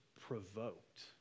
provoked